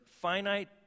finite